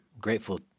grateful